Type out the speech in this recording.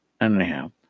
anyhow